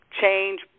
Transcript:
change